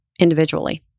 individually